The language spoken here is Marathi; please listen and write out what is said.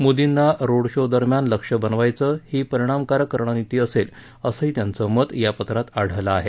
मोदींना रोड शो दरम्यान लक्ष्य बनवायचे ही परिणामकारक रणनीती असेल असेही त्यांचे मत या पत्रात आढळले आहे